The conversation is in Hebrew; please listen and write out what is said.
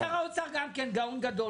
בגלל